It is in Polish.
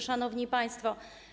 Szanowni Państwo!